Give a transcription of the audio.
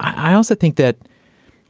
i also think that